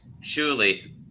surely